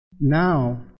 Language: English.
Now